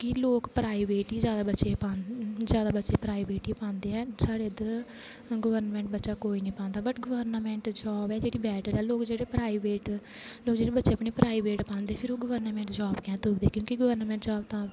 कि लोक प्राइवेट ही ज्यादा बच्चे पांदे ज्यादा बच्चे प्राइवेट पांदे ऐ सा इद्धर गवर्नामेंट बच्चा कोई नेई पांदा बट गवर्नामेंट जाॅव जेहडे़ बच्चे अपनी प्राइबेट पांदे त फिह् ओह् गवर्नमेंट जाॅव की तुपदे क्योंकि गवर्नामेंट जाॅव तां तुपदे